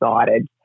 excited